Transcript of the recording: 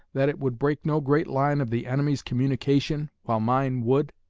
that it would break no great line of the enemy's communication, while mine would?